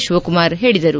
ಶಿವಕುಮಾರ್ ಹೇಳಿದರು